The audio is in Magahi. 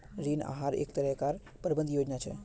ऋण आहार एक तरह कार प्रबंधन योजना छे